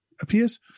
appears